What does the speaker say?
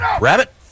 Rabbit